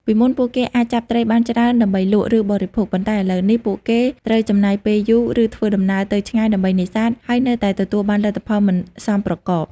ពីមុនពួកគេអាចចាប់ត្រីបានច្រើនដើម្បីលក់ ឬបរិភោគ ប៉ុន្តែឥឡូវនេះពួកគេត្រូវចំណាយពេលយូរ ឬធ្វើដំណើរទៅឆ្ងាយដើម្បីនេសាទ ហើយនៅតែទទួលបានលទ្ធផលមិនសមប្រកប។